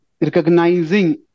recognizing